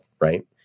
Right